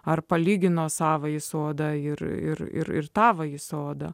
ar palygino savąjį sodą ir ir ir ir tavąjį sodą